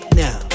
now